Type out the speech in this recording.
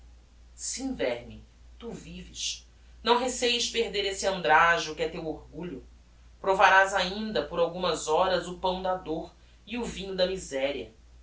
sim verme tu vives não receies perder esse andrajo que é teu orgulho provarás ainda por algumas horas o pão da dôr e o vinho da miseria